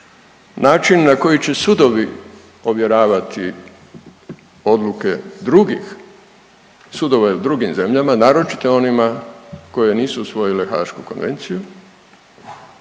način na koji će sudovi ovjeravati odluke drugih sudova i u drugim zemljama, naročito onima koje nisu usvojile Hašku konvenciju,